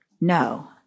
No